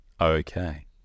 okay